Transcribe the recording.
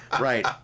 Right